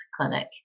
clinic